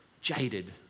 jaded